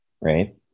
right